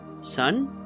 Son